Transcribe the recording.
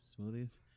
smoothies